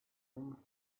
room